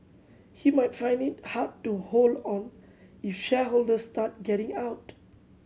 he might find it hard to hold on if shareholders start getting out